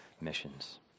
missions